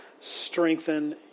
strengthen